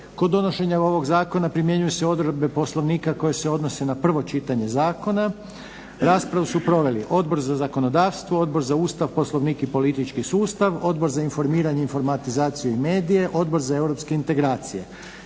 Kod donošenja ovog zakona primjenjuju se odredbe Poslovnika koje se odnose na prvo čitanje zakona. Raspravu su proveli Odbor za zakonodavstvo, Odbor za Ustav, Poslovnik i politički sustav, Odbor za informiranje, informatizaciju i medije, Odbor za europske integracije.